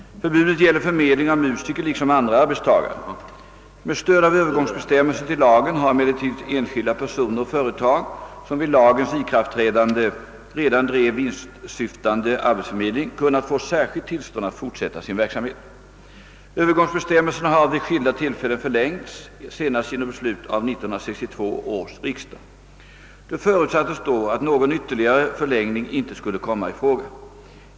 Förbudet gäller förmedling av musiker liksom andra arbetstagare. Med stöd av övergångsbestämmelser till lagen har emellertid enskilda personer och företag, som vid lagens ikraftträdande redan drev vinstsyftande arbetsförmedling, kunnat få särskilt tillstånd att fortsätta sin verksamhet. Övergångsbestämmelserna har vid skilda tillfällen förlängts, senast genom beslut av 1962 års riksdag. Det förutsattes då att någon ytterligare förlängning inte skulle komma i fråga.